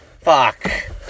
Fuck